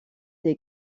des